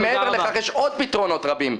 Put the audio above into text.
מעבר לכך יש עוד פתרונות רבים.